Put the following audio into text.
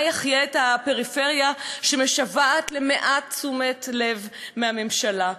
מה יחיה את הפריפריה שמשוועת למעט תשומת לב מהממשלה.